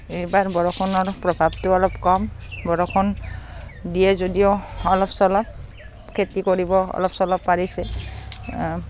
এইবাৰ বৰষুণৰ প্ৰভাৱটো অলপ কম বৰষুণ দিয়ে যদিও অলপ চলপ খেতি কৰিব অলপ চলপ পাৰিছে